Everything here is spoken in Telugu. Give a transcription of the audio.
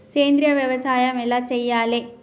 సేంద్రీయ వ్యవసాయం ఎలా చెయ్యాలే?